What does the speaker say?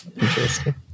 Interesting